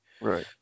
Right